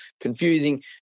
confusing